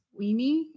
Weenie